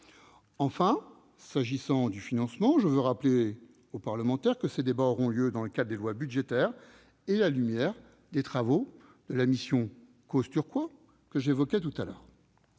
Enfin, s'agissant du financement, je veux rappeler aux parlementaires que ces débats auront lieu dans le cadre des lois budgétaires et à la lumière des travaux de la mission Causse-Turquois, que j'évoquais. Cette